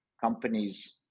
companies